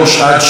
כולל,